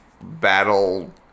battle